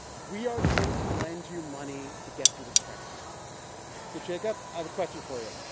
we are going to lend you money to get through this crisis so, jacob, i have a question for you.